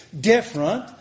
different